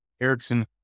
Ericsson